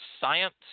science